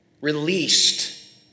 released